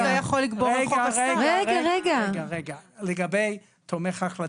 ונשנה --- לגבי תומך החלטות,